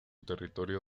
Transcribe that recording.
territorio